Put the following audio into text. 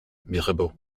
mirebeau